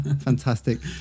Fantastic